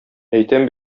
әйтәм